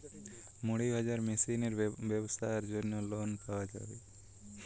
মুড়ি ভাজা মেশিনের ব্যাবসার জন্য লোন পাওয়া যাবে?